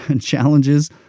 challenges